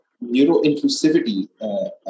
neuro-inclusivity